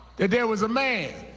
that there was a man